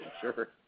Sure